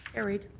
carried.